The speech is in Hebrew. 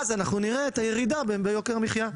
אז אנחנו נראה את הירידה ביוקר המחיה.